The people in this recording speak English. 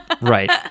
Right